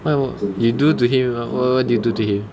why would you do to him what what did you do to him